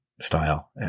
style